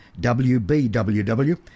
WBWW